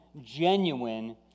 genuine